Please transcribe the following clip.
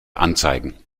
anzeigen